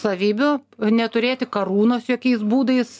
savybių neturėti karūnos jokiais būdais